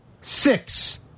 six